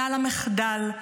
שנה למחדל,